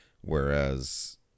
Whereas